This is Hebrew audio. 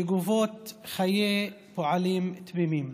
שגובות חיי פועלים תמימים,